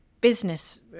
business